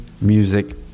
music